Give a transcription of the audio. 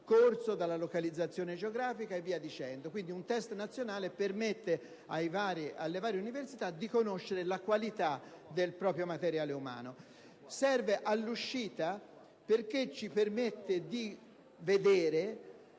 corso, dalla localizzazione geografica, e via dicendo. Quindi, un test nazionale permette alle varie università di conoscere la qualità del proprio materiale umano. Servirebbe poi all'uscita, perché ci permetterebbe di vedere